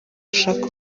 ashaka